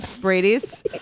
Brady's